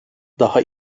daha